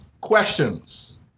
Questions